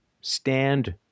stand